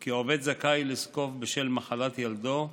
כי עובד זכאי לזקוף בשל מחלת ילדו,